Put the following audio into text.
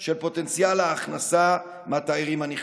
של פוטנציאל ההכנסה מהתיירים הנכנסים.